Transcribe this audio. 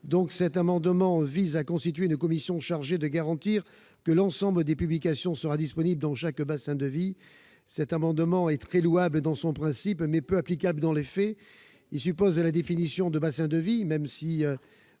Enfin, l'amendement n° 20 vise à constituer une commission chargée de garantir que l'ensemble des publications sera disponible dans chaque bassin de vie. Cette mesure est tout à fait louable dans son principe, mais peu applicable dans les faits. Elle suppose la définition de « bassins de vie », soit